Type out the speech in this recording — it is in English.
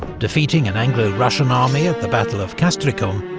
defeating an anglo-russian army at the battle of castricum,